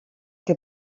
que